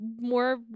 more